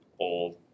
old